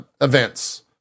events